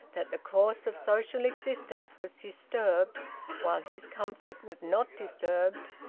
that the course of social existence was disturbed while his comfort was not disturbed,